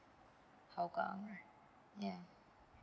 yeah